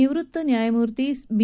निवृत न्यायमूर्ती बी